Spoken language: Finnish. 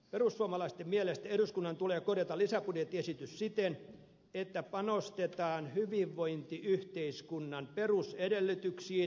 perussuomalaisten mielestä eduskunnan tulee korjata lisäbudjettiesitys siten että panostetaan hyvinvointiyhteiskunnan perusedellytyksiin